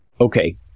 Okay